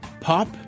Pop